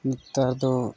ᱱᱮᱛᱟᱨ ᱫᱚ